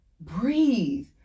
breathe